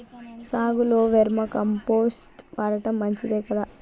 సాగులో vermicompost వాడటం మంచిదే కదా?